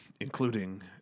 including